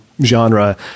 genre